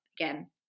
again